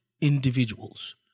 individuals